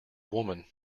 woman